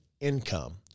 income